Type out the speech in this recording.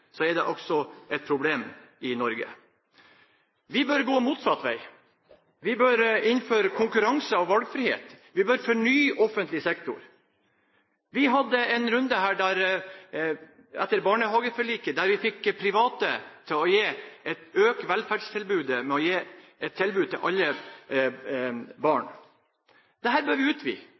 er det også et problem i Norge. Vi bør gå motsatt vei. Vi bør innføre konkurranse og valgfrihet, og vi bør fornye offentlig sektor. Vi hadde en runde etter barnehageforliket der vi fikk private til å øke velferdstilbudet ved å gi et tilbud til alle barn. Dette bør vi utvide.